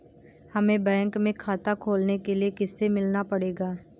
हमे बैंक में खाता खोलने के लिए किससे मिलना पड़ेगा?